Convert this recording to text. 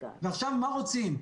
ועכשיו מה רוצים?